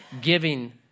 giving